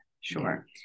Sure